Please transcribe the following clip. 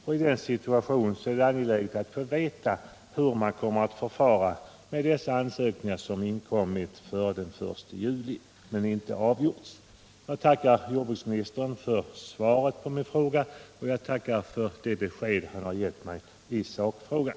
I den situationen är det angeläget att få veta hur man kommer att förfara med de ansökningar som inkommit före den 1 juli men inte avgjorts. Jag tackar jordbruksministern för svaret och för det besked han har gett mig i sakfrågan.